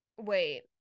wait